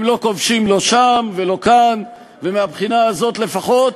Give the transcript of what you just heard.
הם לא כובשים לא שם ולא כאן, ומהבחינה הזאת לפחות,